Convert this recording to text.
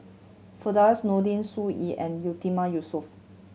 Firdaus Nordin Sun Yee and Yatiman Yusof